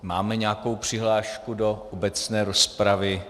Máme nějakou přihlášku do obecné rozpravy?